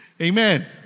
Amen